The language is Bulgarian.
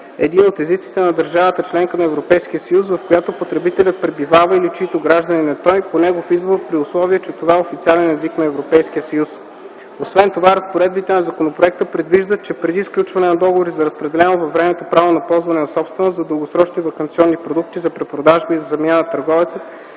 един от езиците на държавата – членка на Европейския съюз, в която потребителят пребивава или чийто гражданин е той, по негов избор, при условие че това е официален език на Европейския съюз. Освен това разпоредбите на законопроекта предвиждат, че преди сключване на договори за разпределено във времето право на ползване на собственост, за дългосрочни ваканционни продукти, за препродажба и за замяна търговецът